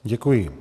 Děkuji.